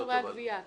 הצלחת שיעורי הגבייה.